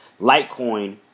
Litecoin